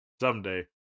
Someday